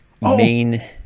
main